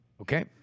okay